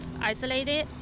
isolated